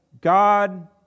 God